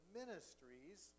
ministries